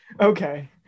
Okay